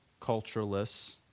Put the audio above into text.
cultureless